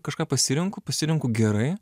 kažką pasirenku pasirenku gerai